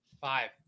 Five